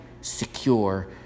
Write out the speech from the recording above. secure